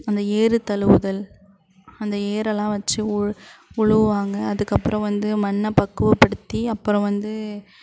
அந்த ஏறுதழுவுதல் அந்த ஏரெலாம் வச்சு உ உழுவுவாங்க அதுக்கப்புறம் வந்து மண்ணை பக்குவப்படுத்தி அப்புறம் வந்து